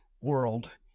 world